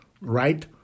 right